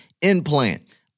implant